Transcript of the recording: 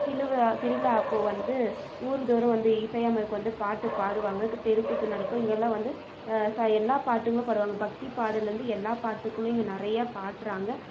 திலுவ திருவிழா அப்போ வந்து ஊரு தோறும் வந்து இசையமைக் வந்து பாட்டு பாடுவாங்க தெருக்கூத்து நடக்கும் இங்கெல்லாம் வந்து ச எல்லா பாட்டுங்களும் பாடுவாங்க பக்தி பாடல்லேருந்து எல்லா பாட்டுக்களும் இங்கே நிறைய பாடுறாங்க